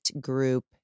group